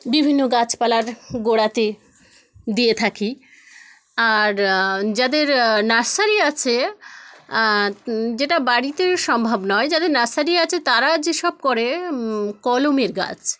বিভিন্ন গাছপালার গোড়াতে দিয়ে থাকি আর যাদের নার্সারি আছে যেটা বাড়িতে সম্ভব নয় যাদের নার্সারি আছে তারা যেসব করে কলমের গাছ